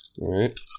right